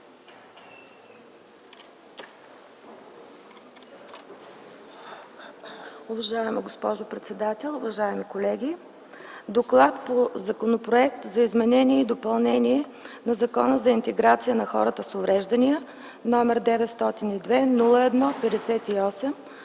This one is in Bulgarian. Уважаема госпожо председател, уважаеми колеги! „ДОКЛАД по Законопроект за изменение и допълнение на Закона за интеграция на хората с увреждания № 902-01-58,